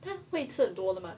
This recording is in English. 他会吃很多的吗